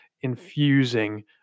infusing